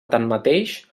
tanmateix